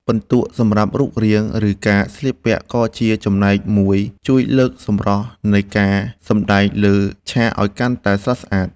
ពិន្ទុសម្រាប់រូបរាង ឬ ការស្លៀកពាក់ក៏ជាចំណែកមួយជួយលើកសម្រស់នៃការសម្ដែងលើឆាកឱ្យកាន់តែស្រស់ស្អាត។